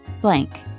blank